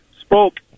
spoke